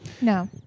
No